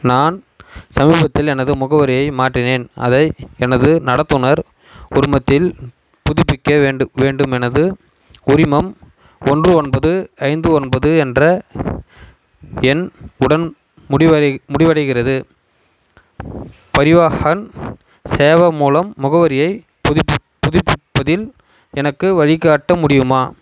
நான் சமீபத்தில் எனது முகவரியை மாற்றினேன் அதை எனது நடத்துனர் குடும்பத்தில் புதுப்பிக்க வேண்டு வேண்டும் எனது உரிமம் ஒன்று ஒன்பது ஐந்து ஒன்பது என்ற எண் உடன் முடிவடை முடிவடைகிறது பரிவாஹன் சேவா மூலம் முகவரியை புதுப்பிப் புதுப்பிப்பதில் எனக்கு வழிகாட்ட முடியுமா